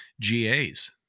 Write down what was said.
GAs